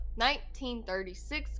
1936